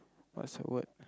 what's the word